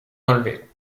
enlever